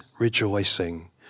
rejoicing